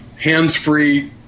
hands-free